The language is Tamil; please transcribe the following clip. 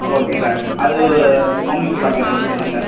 ஓகே சார் அது ஒன் லிட்டரு பாட்டிலில் ரெண்டு கொடுத்துருங்க சார்